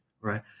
right